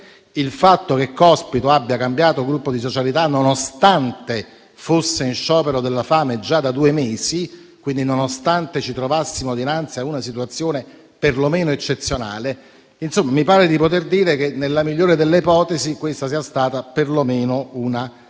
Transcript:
il fatto che Cospito abbia cambiato gruppo di socialità, nonostante fosse in sciopero della fame già da due mesi, e quindi nonostante ci trovassimo dinanzi a una situazione perlomeno eccezionale Insomma, mi pare di poter dire che, nella migliore delle ipotesi, questa sia stata perlomeno una grave